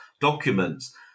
documents